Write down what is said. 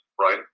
right